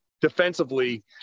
defensively